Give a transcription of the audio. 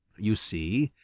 you see,